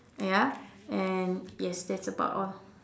ya and yes that's about all